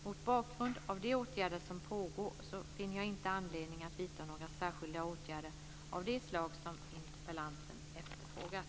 Mot bakgrund av de åtgärder som pågår finner jag inte anledning att vidta några särskilda åtgärder av det slag som interpellanten efterfrågat.